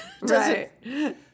Right